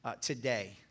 today